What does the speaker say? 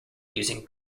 using